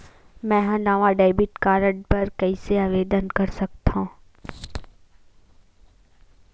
मेंहा नवा debit card बर कैसे आवेदन कर सकथव?